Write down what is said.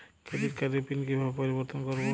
Credit কার্ডের PIN কিভাবে পরিবর্তন করবো?